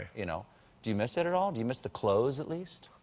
you know do you miss it at all? do you miss the clothes at least?